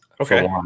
Okay